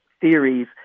theories